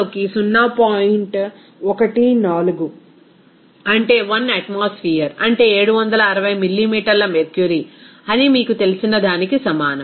14 అంటే 1 అట్మాస్ఫియర్ అంటే 760 మిల్లీమీటర్ల మెర్క్యురీ అని మీకు తెలిసిన దానికి సమానం